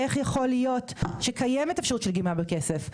איך יכול להיות שקיימת אפשרות של גמלה בכסף.